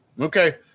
Okay